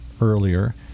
earlier